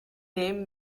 name